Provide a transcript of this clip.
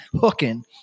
hooking